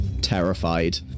terrified